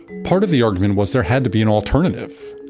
part of the argument was there had to be an alternative,